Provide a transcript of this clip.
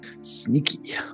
sneaky